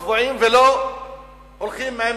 אנחנו לא צבועים ולא הולכים עם